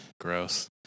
gross